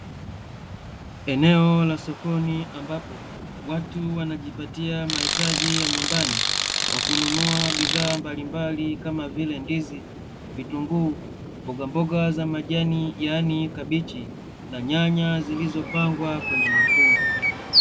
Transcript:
Eneo la sokoni ambapo watu wanajipatia mahitaji ya nyumbani kwa kununua bidhaa mbalimbali kama vile: ndizi, vitunguu, mbogamboga za majani yaani kabichi na nyanya zilizopangwa kwenye mafungu.